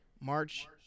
March